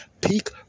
Peak